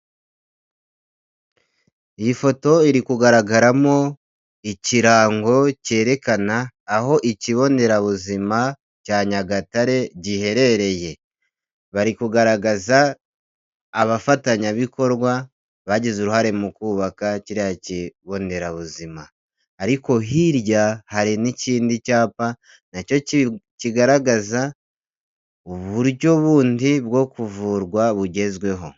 Icyapa cyerekana aho ikigo nderabuzima cya Nyagatare giherereye ndetse kandi abafatanyabikorwa bagize uruhare mu kubaka kiriya kigo nderabuzima ariko hirya hari n'ikindi cyapa nacyo kigaragaza uburyo bundi bwo kuvurwa bugezweho.